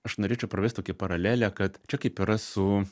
aš norėčiau pravest tokią paralelę kad čia kaip yra su